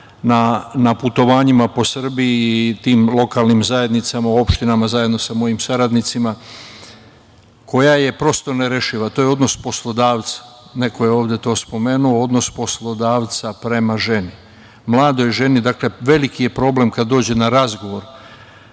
na putovanjima po Srbiji i tim lokalnim zajednicama u opštinama zajedno sa mojim saradnicima koja je prosto nerešiva. To je odnos poslodavca, neko je ovde to spomenuo, odnos poslodavca prema ženi, mladoj ženi. Veliki je problem kada dođe na razgovor